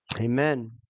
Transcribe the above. Amen